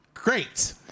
Great